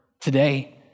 today